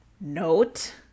note